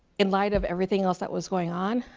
in light of everything else that was going on,